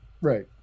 Right